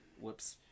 Whoops